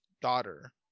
daughter